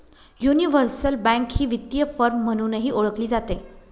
universal bank ही वित्तीय firm म्हणूनही ओळखली जाते